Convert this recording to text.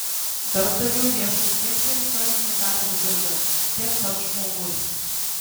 darbdavio ieško tiek teritorinė darbo birža tiek pats žmogus